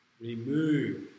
remove